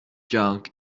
junk